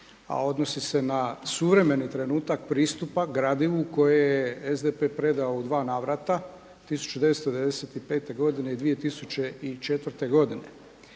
a odnosi se na suvremeni trenutak pristupa gradivu koje je SDP predao u dva navrta 1995. godine i 2004. godine.